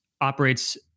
operates